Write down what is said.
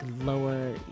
lower